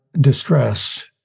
distress